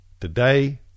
today